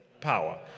power